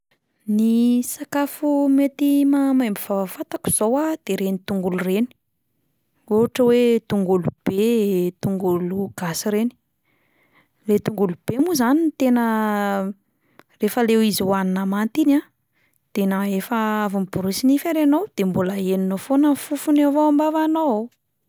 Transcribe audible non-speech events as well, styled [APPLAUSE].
Ny sakafo mety mahamaimbo vava fantako izao a, de ireny tongolo ireny, ohatra hoe tongolobe, tongolo gasy ireny; le tongolobe moa izany no tena [HESITATION] rehefa le izy hohanina manta iny a, de na efa avy niborosy nify ary ianao de mbola henonao foana ny fofony avy ao am-bavanao ao.